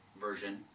version